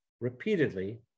repeatedly